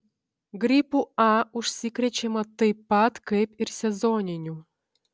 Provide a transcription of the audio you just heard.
gripu a užsikrečiama taip pat kaip ir sezoniniu